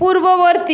পূর্ববর্তী